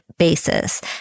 basis